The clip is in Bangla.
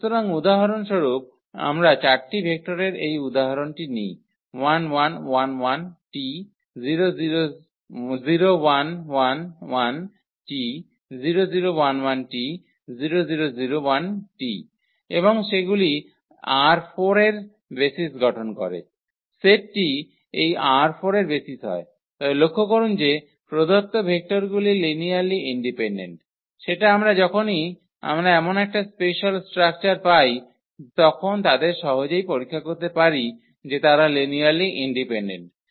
সুতরাং উদাহরণস্বরূপ আমরা 4 টি ভেক্টরের এই উদাহরণটি নিই 1 1 1 1𝑇 0 1 1 1𝑇 0 0 1 1𝑇 0 0 0 1𝑇 এবং সেগুলি ℝ4 এর বেসিস গঠন করে সেটটি এই ℝ4 এর বেসিস হয় তবে লক্ষ্য করুন যে প্রদত্ত ভেক্টরগুলি লিনিয়ারলি ইন্ডিপেন্ডেন্ট সেটা আমরা যখনই আমরা এমন একটা স্পেশাল স্ট্রাকচার পাই তখন তাদের সহজেই পরীক্ষা করতে পারি যে তারা লিনিয়ারলি ইন্ডিপেন্ডেন্ট